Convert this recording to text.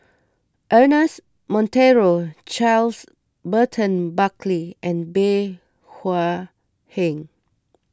Ernest Monteiro Charles Burton Buckley and Bey Hua Heng